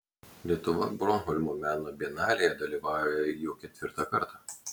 lietuva bornholmo meno bienalėje dalyvauja jau ketvirtą kartą